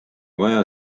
vaja